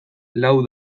lau